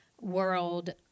world